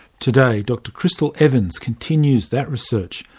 today, dr krystal evans continues that research,